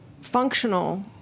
functional